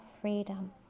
freedom